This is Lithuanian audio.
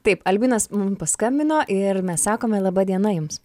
taip albinas mum paskambino ir mes sakome laba diena jums